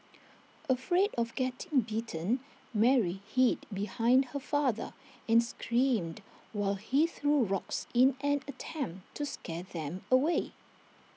afraid of getting bitten Mary hid behind her father and screamed while he threw rocks in an attempt to scare them away